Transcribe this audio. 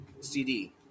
CD